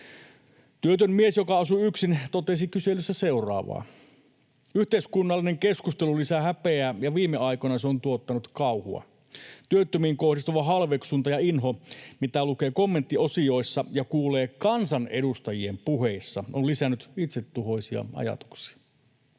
Työtön mies, joka asuu yksin, totesi kyselyssä seuraavaa: ”Yhteiskunnallinen keskustelu lisää häpeää, ja viime aikoina se on tuottanut kauhua. Työttömiin kohdistuva halveksunta ja inho, mitä lukee kommenttiosioissa ja kuulee kansanedustajien puheissa, on lisännyt itsetuhoisia ajatuksia.”